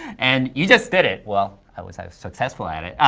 and you just did it. well, i was i was successful at it.